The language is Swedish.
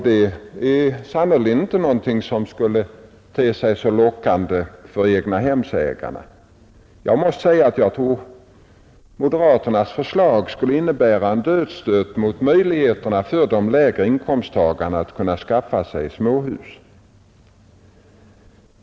Det skulle sannerligen inte te sig så lockande för egnahemsägarna. Jag tror moderaternas förslag skulle innebära en dödsstöt när det gäller de lägre inkomsttagarnas möjligheter att skaffa sig småhus.